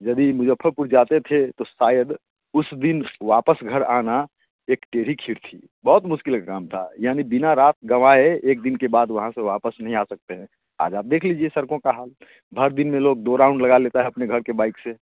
जब ये मुज़फ़्फ़रपुर जाते थे तो शायद उस दिन वापस घर आना एक टेढ़ी खीर थी बहुत मुश्किल का काम था यानि बिना रात गँवाए एक दिन के बाद वहाँ से वापस नहीं आ सकते हैं आज आप देख लीजिए सड़कों का हाल भर दिन में लोग दो राउंड लगा लेते हैं अपने घर के बाइक से